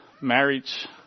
marriage